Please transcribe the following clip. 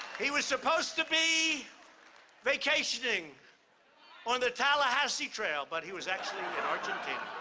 he was supposed to be vacationing on the tallahassee trail, but he was actually in argentina.